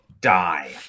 die